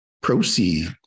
proceed